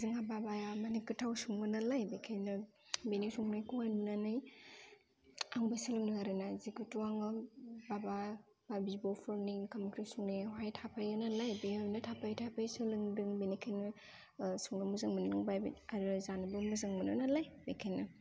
जोंहा बाबाया माने गोथाव सङो नालाय बेखायनो बिनि संनायखौहाय नुनानै आंबो सोलोङो आरोना जिहेथु आङो बाबा बा बिब'फोरनि ओंखाम ओंख्रि संनायावहाय थाफायो नालाय बेयावनो थाफायै थाफायै सोलोंदों बेनिखायनो संनो मोजां मोनबोबाय आरो जानोबो मोजां मोनो नालाय बेखायनो